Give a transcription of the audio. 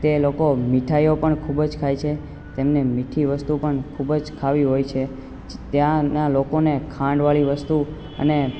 તે લોકો મીઠાઈઓ પણ ખૂબ જ ખાય છે તેમણે મીઠી વસ્તુ પણ ખૂબ જ ખાવી હોય છે ત્યાંના લોકોને ખાંડવાળી વસ્તુ અને